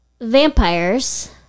vampires